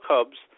Cubs